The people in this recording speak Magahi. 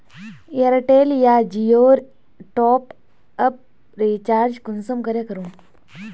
एयरटेल या जियोर टॉपअप रिचार्ज कुंसम करे करूम?